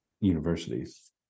universities